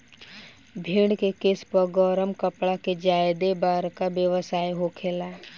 भेड़ के केश पर गरम कपड़ा के ज्यादे बरका व्यवसाय होखेला